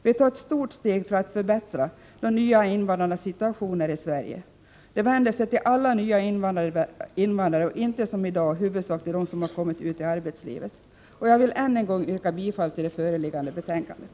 Vi tar ett stort steg för att förbättra de nya invandrarnas situation här i Sverige. I detta beslut om svenskundervisning vänder vi oss till alla nya invandrare och inte, som i dag, huvudsakligen till dem som har kommit ut i arbetslivet. Jag vill än en gång yrka bifall till hemställan i det föreliggande betänkandet.